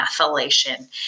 methylation